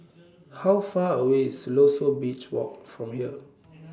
How Far away IS Siloso Beach Walk from here